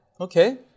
okay